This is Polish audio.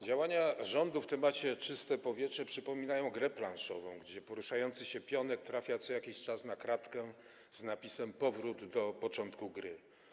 Działania rządu w temacie czystego powietrza przypominają grę planszową, gdzie poruszający się pionek trafia co jakiś czas na kratkę z napisem: powrót do początku gry.